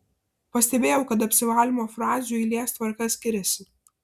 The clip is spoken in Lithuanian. pastebėjau kad apsivalymo frazių eilės tvarka skiriasi